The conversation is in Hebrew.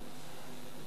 אבל הוא לא מאשר.